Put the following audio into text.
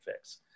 fix